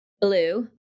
blue